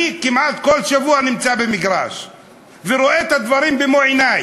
אני כמעט כל שבוע נמצא במגרש ורואה את הדברים במו-עיני.